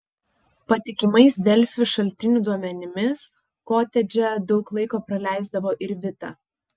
patikimais delfi šaltinių duomenimis kotedže daug laiko praleisdavo ir vita